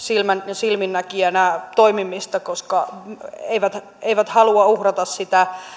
silminnäkijänä toimimista koska eivät eivät halua uhrata sitä